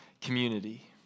community